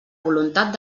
voluntat